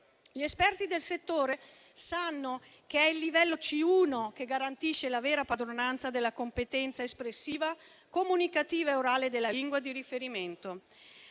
Gli esperti del settore sanno che è il livello C1 a garantire la vera padronanza della competenza espressiva, comunicativa e orale della lingua di riferimento.